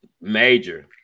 major